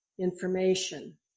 information